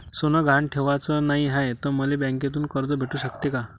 सोनं गहान ठेवाच नाही हाय, त मले बँकेतून कर्ज भेटू शकते का?